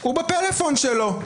הוא בפלאפון שלו.